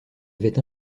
avait